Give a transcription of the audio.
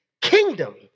kingdom